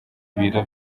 ibiro